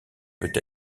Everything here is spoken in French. peut